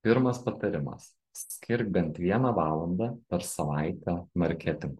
pirmas patarimas skirk bent vieną valandą per savaitę marketingui